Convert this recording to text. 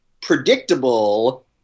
predictable